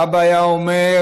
אבא היה אומר: